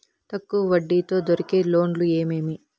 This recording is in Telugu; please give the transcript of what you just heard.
తక్కువ వడ్డీ తో దొరికే లోన్లు ఏమేమి